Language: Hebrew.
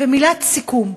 ומילת סיכום: